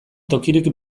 tokirik